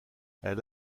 elle